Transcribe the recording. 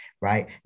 right